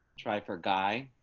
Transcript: try for guy.